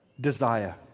desire